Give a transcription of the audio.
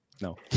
No